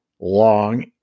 long